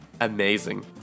amazing